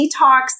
detox